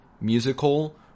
musical